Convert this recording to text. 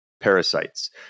parasites